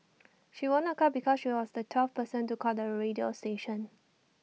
she won A car because she was the twelfth person to call the radio station